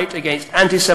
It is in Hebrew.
שאתה תראה פה אנשים שמזיעים,